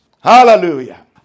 Hallelujah